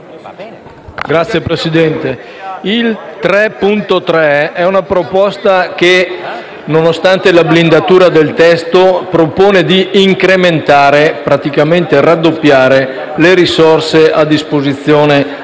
l'emendamento 3.3 è una proposta che, nonostante la blindatura del testo, propone di incrementare - praticamente di raddoppiare - le risorse a disposizione